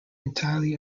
entirely